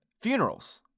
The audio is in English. funerals